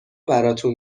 براتون